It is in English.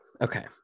Okay